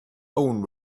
own